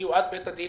הגיעו עד בית הדין.